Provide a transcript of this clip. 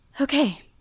Okay